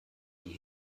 die